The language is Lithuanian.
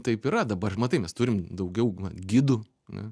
taip yra dabar matai mes turim daugiau va gidų ane